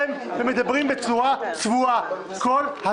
למה